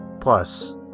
Plus